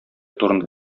турында